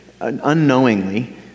unknowingly